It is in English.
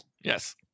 Yes